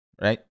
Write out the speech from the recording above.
right